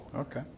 Okay